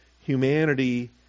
humanity